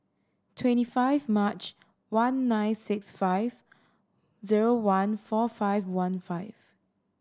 twenty five March one nine six five zero one four five one five